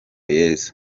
yesu